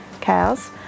cows